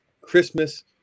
Christmas